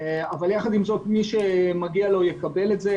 יחד עם זאת, מי שמגיע לו, יקבל את הדוח.